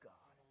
God